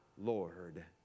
Lord